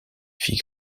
fit